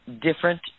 different